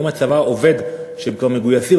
היום הצבא עובד כשהם כבר מגויסים.